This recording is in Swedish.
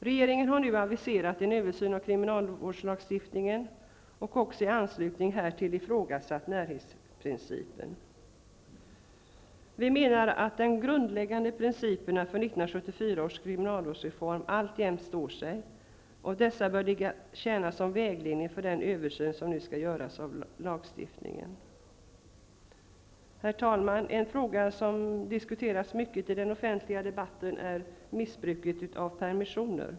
Regeringen har nu aviserat en översyn av kriminalvårdslagstiftningen och i anslutning härtill ifrågasatt närhetsprincipen. Vi menar att de grundläggande principerna för 1974 års kriminalvårdsreform alltjämt står sig. Dessa bör tjäna som vägledning för den översyn av lagstiftningen som nu skall göras. Herr talman! En fråga som diskuterats mycket i den offentliga debatten är missbruket av permissioner.